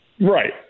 Right